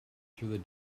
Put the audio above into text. through